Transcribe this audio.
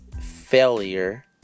failure